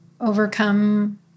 overcome